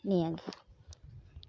ᱱᱤᱭᱟᱹᱜᱮ